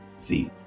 See